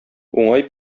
уңай